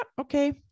okay